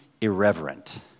irreverent